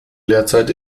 lehrzeit